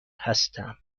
هستم